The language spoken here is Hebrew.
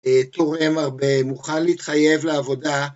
טור עמר במוכן להתחייב לעבודה